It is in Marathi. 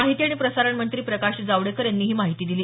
माहिती आणि प्रसारण मंत्री प्रकाश जावडेकर यांनी ही माहिती दिली